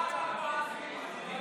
לוועדה שתקבע ועדת הכנסת נתקבלה.